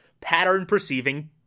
pattern-perceiving